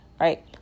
Right